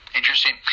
Interesting